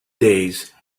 days